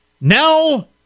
now